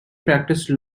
practiced